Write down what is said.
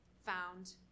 found